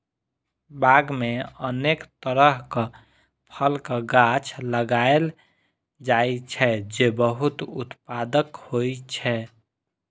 बाग मे अनेक तरहक फलक गाछ लगाएल जाइ छै, जे बहुत उत्पादक होइ छै